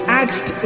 asked